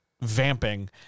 vamping